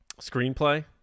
screenplay